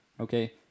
okay